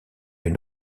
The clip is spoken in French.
une